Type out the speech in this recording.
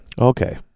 Okay